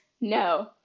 No